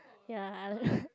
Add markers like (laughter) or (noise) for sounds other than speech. ya (breath)